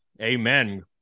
Amen